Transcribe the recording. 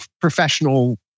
professional